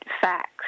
facts